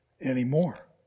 anymore